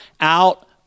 out